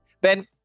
Ben